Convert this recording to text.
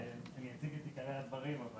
(מוצגת מצגת) אני אציג את עיקרי הדברים אבל